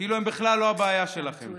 כאילו הם בכלל לא הבעיה שלכם.